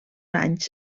anys